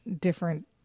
different